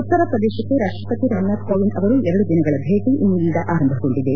ಉತ್ತರಪ್ರದೇಶಕ್ಕೆ ರಾಷ್ಟ್ವಪತಿ ರಾಮನಾಥ್ ಕೋವಿಂದ್ ಅವರ ಎರಡು ದಿನಗಳ ಭೇಟಿ ಇಂದಿನಿಂದ ಆರಂಭಗೊಂಡಿದೆ